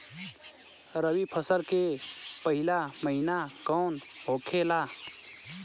रबी फसल के पहिला महिना कौन होखे ला?